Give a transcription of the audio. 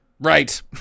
Right